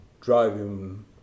driving